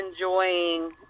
enjoying